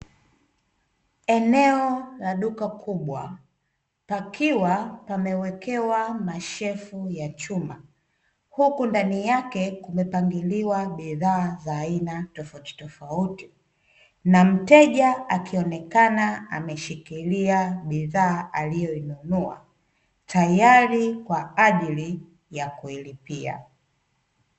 Eneo la duka kubwa pakiwa pamewekewa mashelfu ya chuma, huku ndani yake kumepangiliwa bidhaa za aina tofautitofauti na mteja akionekana ameshikilia bidhaa aliyoinunua tayari kwa ajili ya kuilipia.